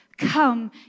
come